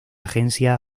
agencia